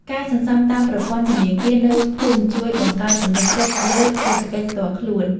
ការសន្សុំតាមប្រព័ន្ធធនាគារនៅភូមិជួយបង្កើតទំនុកចិត្តលើសេដ្ឋកិច្ចផ្ទាល់ខ្លួន។